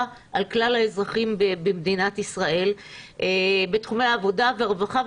על כלל האזרחים במדינת ישראל בתחומי עבודה והרווחה.